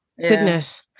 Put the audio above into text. Goodness